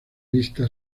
vista